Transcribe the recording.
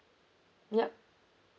yup